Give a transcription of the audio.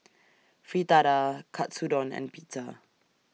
Fritada Katsudon and Pizza